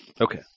Okay